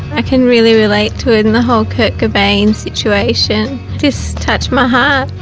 i can really relate to it and the whole kurt cobain situation just touched my heart.